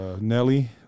Nelly